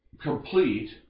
complete